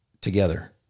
together